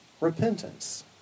repentance